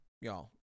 y'all